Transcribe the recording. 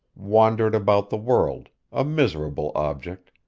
wandered about the world, a miserable object,